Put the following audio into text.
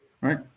Right